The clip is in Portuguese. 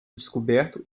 descoberto